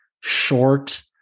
short